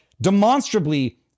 demonstrably